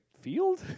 field